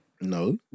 No